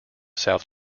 south